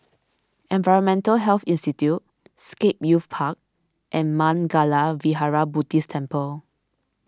Environmental Health Institute Scape Youth Park and Mangala Vihara Buddhist Temple